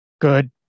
good